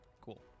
cool